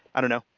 i don't know.